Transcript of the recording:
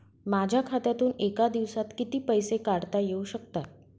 माझ्या खात्यातून एका दिवसात किती पैसे काढता येऊ शकतात?